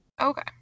okay